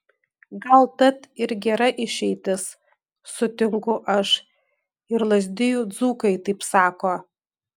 gal tat ir gera išeitis sutinku aš ir lazdijų dzūkai taip sako